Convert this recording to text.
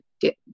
get